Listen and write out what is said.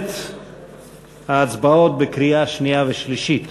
במסגרת ההצבעות בקריאה שנייה ושלישית